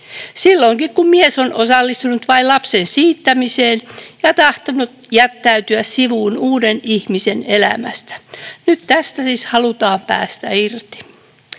silloinkin, kun mies on osallistunut vain lapsen siittämiseen ja tahtonut jättäytyä sivuun uuden ihmisen elämästä. Nyt tästä siis halutaan päästä irti.